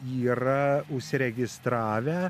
yra užsiregistravę